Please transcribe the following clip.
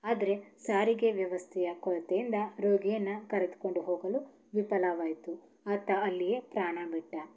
ಆದರೆ ಸಾರಿಗೆ ವ್ಯವಸ್ಥೆಯ ಕೊರತೆಯಿಂದ ರೋಗಿಯನ್ನು ಕರೆದುಕೊಂಡು ಹೋಗಲು ವಿಫಲವಾಯಿತು ಆತ ಅಲ್ಲಿಯೇ ಪ್ರಾಣ ಬಿಟ್ಟ